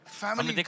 family